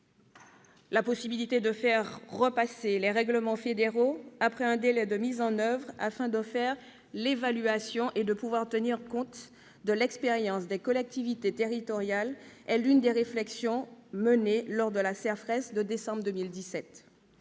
la possibilité de réexaminer des règlements fédéraux après un délai de mise en oeuvre, afin d'en faire l'évaluation et de pouvoir tenir compte de l'expérience des collectivités territoriales, reprend l'une des réflexions menées lors de la réunion de cette